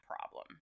problem